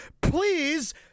Please